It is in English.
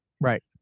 Right